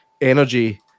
energy